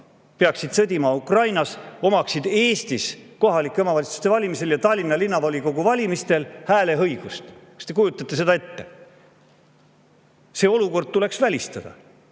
peaksid sõdima Ukrainas, omaksid Eestis kohalike omavalitsuste valimisel ja Tallinna Linnavolikogu valimisel hääleõigust. Kas te kujutate seda ette? See olukord tuleb välistada